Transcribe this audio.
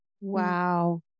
Wow